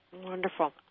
Wonderful